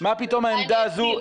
מה פתאום העמדה הזו?